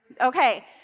Okay